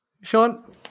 Sean